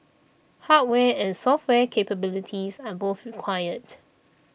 hardware and software capabilities are both required